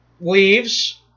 leaves